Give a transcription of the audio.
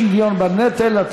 שוויון בנטל),